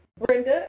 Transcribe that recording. Brenda